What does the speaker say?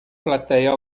platéia